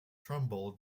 trumbull